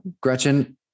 Gretchen